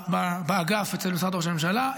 הייתה באגף אצל משרד ראש הממשלה,